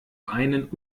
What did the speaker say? einen